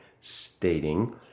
stating